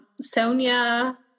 Sonia